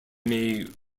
may